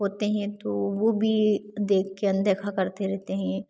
होते हैं तो वह भी देख कर अनदेखा करते रहते हैं